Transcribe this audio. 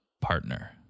partner